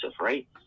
right